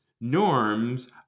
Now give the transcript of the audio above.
norms